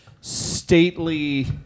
stately